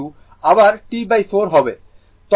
অতএব এটিও একটি ইন্টিগ্রেশন যা 0 থেকে T4 হবে